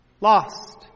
Lost